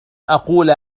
أقول